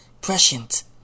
prescient